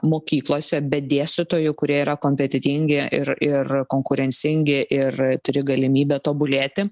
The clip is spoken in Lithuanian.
mokyklose be dėstytojų kurie yra kompetentingi ir ir konkurencingi ir turi galimybę tobulėti